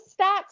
stats